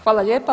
Hvala lijepa.